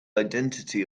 identity